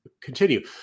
continue